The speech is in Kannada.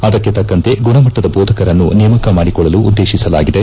ಅದಕ್ಕೆ ತಕ್ಕಂತೆ ಗುಣಮಟ್ಟದ ದೋಧಕರನ್ನು ನೇಮಕ ಮಾಡಿಕೊಳ್ಳಲು ಉದ್ದೇತಿಸಲಾಗಿದೆ